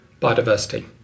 biodiversity